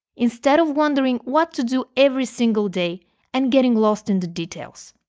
instead of wondering what to do every single day and getting lost in the details.